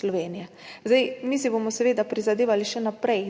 Slovenije. Mi si bomo seveda prizadevali še naprej,